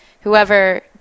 whoever